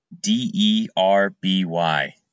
D-E-R-B-Y